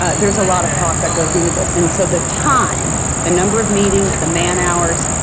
ah there's a lot of thought that goes into this. and so, the time the number of meetings, the man hours,